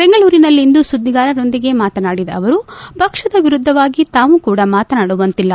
ಬೆಂಗಳೂರಿನಲ್ಲಿಂದು ಸುಧ್ಗಾರರೊಂದಿಗೆ ಮಾತನಾಡಿದ ಅವರು ಪಕ್ಷದ ವಿರುದ್ಧವಾಗಿ ತಾವು ಕೂಡ ಮಾತನಾಡುವಂತಿಲ್ಲ